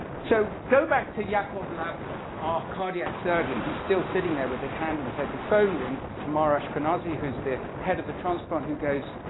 so go back to yaacov lavie, our cardiac surgeon. he's still sitting there with his hand in his head. the phone rings. it's tamara ashkenazi, who is the head of the transplant, who goes,